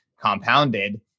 compounded